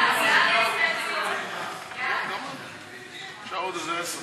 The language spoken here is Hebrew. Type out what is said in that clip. ההסתייגות של קבוצת סיעת המחנה הציוני לסעיף 1